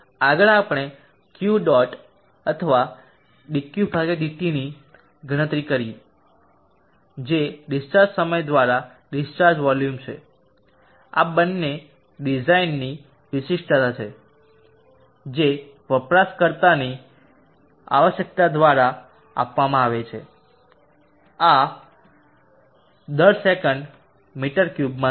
આગળ આપણે Q dot અથવા dQdt નીગણતરી કરીએ છીએ જે ડિસ્ચાર્જ સમય દ્વારા ડિસ્ચાર્જ વોલ્યુમ છે આ બંને ડિઝાઇનની વિશિષ્ટતા છે જે વપરાશકર્તાની આવશ્યકતા દ્વારા આપવામાં આવે છે આ દર સેકન્ડ મીટર ક્યુબમાં છે